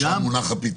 אבל גם שם מונח הפתרון.